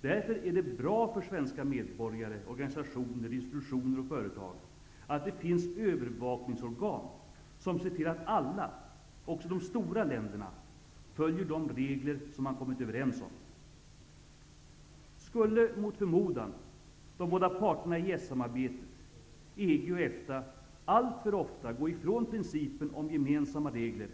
Därför är det bra för svenska medborgare, organisationer, institutioner och företag att det finns övervakningsorgan som ser till att alla, också de stora länderna, följer de regler man kommit överens om. Skulle, mot förmodan, de båda parterna i EES samarbetet -- EG och EFTA -- alltför ofta gå ifrån principen om gemensamma regler